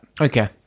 Okay